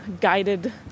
guided